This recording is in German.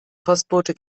postbote